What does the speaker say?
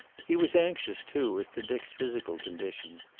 he was anxious, too, as to dick's physical condition.